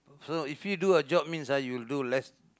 so if you do a job means ah you'll do less